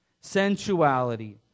Sensuality